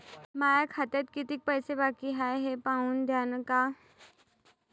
माया खात्यात कितीक पैसे बाकी हाय हे पाहून द्यान का?